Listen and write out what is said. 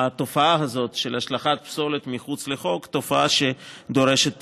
התופעה הזאת של השלכת פסולת שלא כחוק היא תופעה שדורשת טיפול.